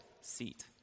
seat